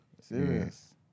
Serious